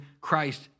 Christ